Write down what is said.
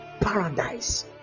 paradise